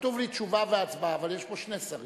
כתוב לי תשובה והצבעה, אבל יש פה שני שרים